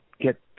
get